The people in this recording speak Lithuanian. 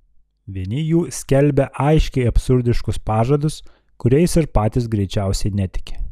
vieni jų skelbia aiškiai absurdiškus pažadus kuriais ir patys greičiausiai netiki